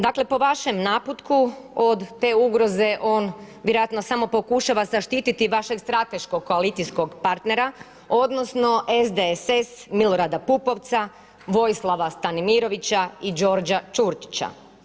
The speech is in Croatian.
Dakle po vašem naputku od te ugroze on vjerojatno samo pokušava zaštitit vašeg strateškog koalicijskog partnera, odnosno SDSS, Milorada Pupovca, Vojislava Stanimirovića i Đorđa Čurčića.